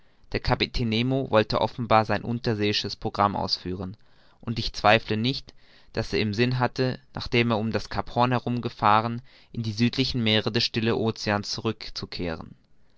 der kapitän nemo wollte offenbar sein unterseeisches programm ausführen und ich zweifelte nicht daß er im sinne hatte nachdem er um das cap horn herum gefahren in die südlichen meere des stillen oceans zurück